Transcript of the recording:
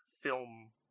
film